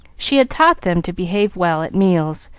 she had taught them to behave well at meals,